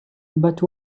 but